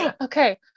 Okay